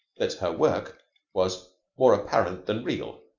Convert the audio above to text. that her work was more apparent than real.